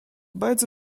bardzo